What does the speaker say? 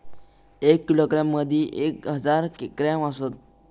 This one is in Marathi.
एक किलोग्रॅम मदि एक हजार ग्रॅम असात